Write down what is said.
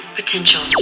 potential